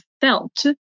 felt